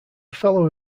fellow